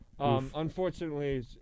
Unfortunately